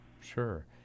Sure